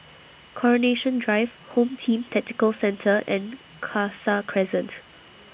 Coronation Drive Home Team Tactical Centre and Khalsa Crescent